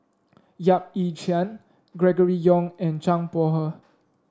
Yap Ee Chian Gregory Yong and Zhang Bohe